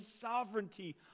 sovereignty